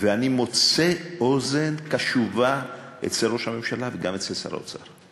ואני מוצא אוזן קשובה אצל ראש הממשלה וגם אצל שר האוצר,